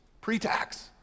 pre-tax